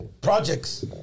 projects